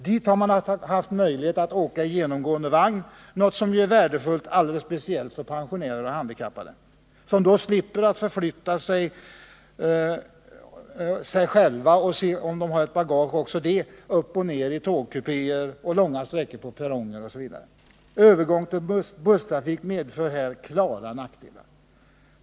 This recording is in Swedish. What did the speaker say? Dit har man haft möjlighet att åka i genomgående vagn, något som är speciellt värdefullt för pensionärer och handikappade, som då slipper att förflytta sig själva och eventuellt bagage upp och ner i tågkupéer, långa sträckor på perronger m.m. Övergång till busstrafik medför här klara nackdelar.